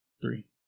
Three